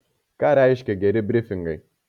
ką reiškia geri brifingai